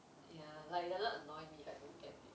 ya like it doesn't annoy me if I don't get it